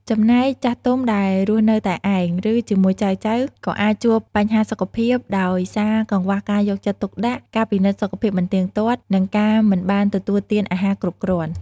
ចំណែកចាស់ទុំដែលរស់នៅតែឯង ឬជាមួយចៅៗក៏អាចជួបបញ្ហាសុខភាពដោយសារកង្វះការយកចិត្តទុកដាក់ ការពិនិត្យសុខភាពមិនទៀងទាត់ និងការមិនបានទទួលទានអាហារគ្រប់គ្រាន់។